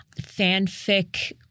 fanfic